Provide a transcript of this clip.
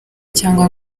cyangwa